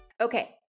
Okay